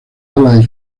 alas